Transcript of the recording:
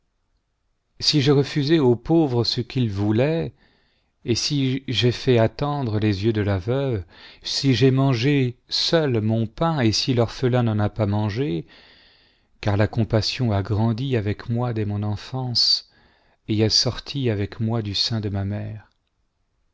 si j'ai refusé aux pauvres ce qu'ils voulaient et si j'ai fait attendre les yeux de la veuve si j'ai mangé seul mon pain et si l'orphelin n'en a pas mangé car la compassion a grandi avec moi dès mon enfance et est sortie avec moi du sein de ma mère